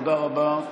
תודה רבה.